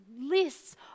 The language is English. lists